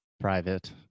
private